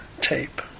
tape